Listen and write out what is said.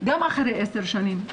גם אחרי עשר שנים,